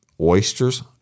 oysters